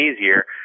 easier